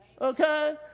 Okay